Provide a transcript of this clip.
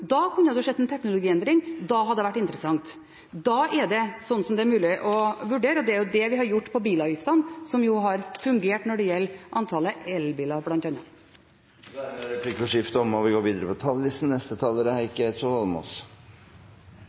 kunne man sett en teknologiendring, og da hadde det vært interessant. Da ville det vært mulig å vurdere. Det er det vi har gjort med bilavgiftene, som jo har fungert bl.a. når det gjelder antallet elbiler. Replikkordskiftet er omme. Jeg tror det er over for ny norsk olje og